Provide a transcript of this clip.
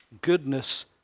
goodness